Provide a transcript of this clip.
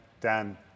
Dan